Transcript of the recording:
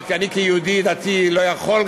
הוא אמר: אני כיהודי דתי לא יכול,